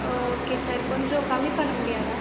okay sir கொஞ்சம் கம்மி பண்ண முடியாதா